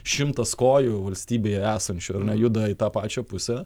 šimtas kojų valstybėje esančių ar ne juda į tą pačią pusę